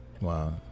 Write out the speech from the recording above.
Wow